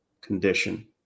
condition